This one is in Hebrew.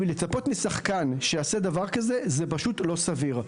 לצפות משחקן שיעשה דבר כזה זה פשוט לא סביר.